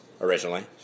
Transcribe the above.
originally